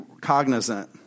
cognizant